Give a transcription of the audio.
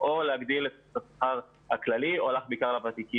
או להגדיל את השכר הכללי או הלך בעיקר לוותיקים.